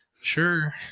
Sure